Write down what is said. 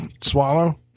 swallow